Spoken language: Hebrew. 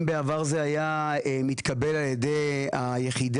אם בעבר זה היה מתקבל על ידי היחידה,